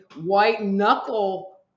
white-knuckle